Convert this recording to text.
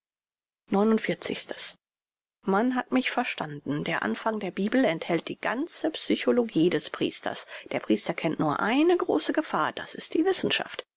man hat mich verstanden der anfang der bibel enthalt die ganze psychologie des priesters der priester kennt nur eine große gefahr das ist die wissenschaft